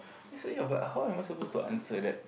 I say ya but how am I suppose to answer that